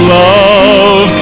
love